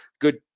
good